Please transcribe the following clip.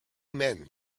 men